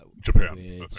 Japan